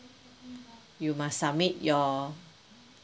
you must submit your